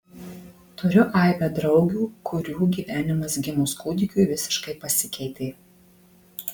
turiu aibę draugių kurių gyvenimas gimus kūdikiui visiškai pasikeitė